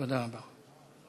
תודה רבה.